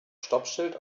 stoppschild